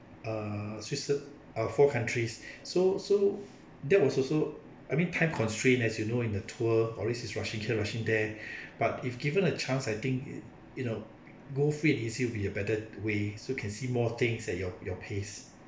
err switzer~ ah four countries so so that was also I mean time constraint as you know in a tour always rushing here rushing there but if given a chance I think you know go free and easy would be a better way so you can see more things at your your pace